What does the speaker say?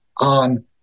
on